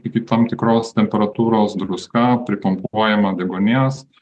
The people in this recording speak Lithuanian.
iki tam tikros temperatūros druska pripumpuojama deguonies